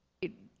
it